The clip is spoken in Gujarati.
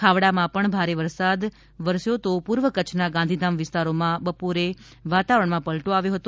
ખાવડામાં પણ ભારે પવન સાથે વરસાદ વરસ્યો તો પૂર્વ કચ્છના ગાંધીધામ વિસ્તારોમાં બપોરે વાતાવરણમાં પલટો આવ્યો હતો